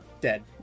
dead